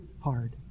hard